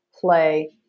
play